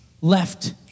left